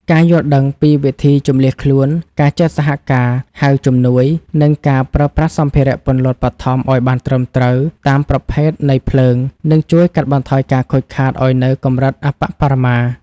ការយល់ដឹងពីវិធីជម្លៀសខ្លួន ការចេះសហការហៅជំនួយ និងការប្រើប្រាស់សម្ភារៈពន្លត់បឋមឱ្យបានត្រឹមត្រូវតាមប្រភេទនៃភ្លើង នឹងជួយកាត់បន្ថយការខូចខាតឱ្យនៅកម្រិតអប្បបរមា។